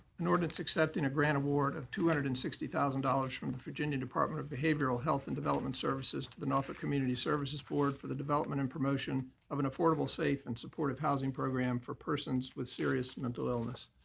an ordinance accepting a grant award of two hundred and sixty thousand dollars from the virginia department of behavioral health and development services to the norfolk community services board for the development and promotion of an affordable, safe, and supportive housing program for persons with serious mental illness.